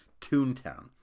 Toontown